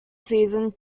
season